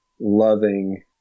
loving